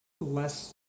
less